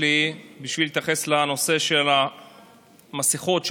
לנושא של המסכות,